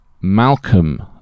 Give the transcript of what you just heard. Malcolm